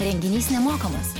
renginys nemokamas